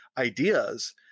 ideas